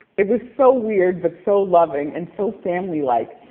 it was so weird but so loving and so family like.